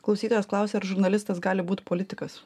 klausytojas klausė ar žurnalistas gali būt politikas